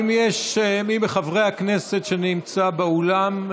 האם יש מי מחברי הכנסת שנמצא באולם,